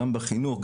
גם בחינוך,